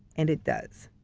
and it does.